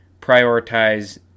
prioritize